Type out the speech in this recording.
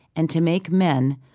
and to make men,